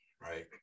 Right